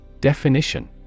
Definition